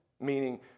Meaning